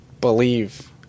believe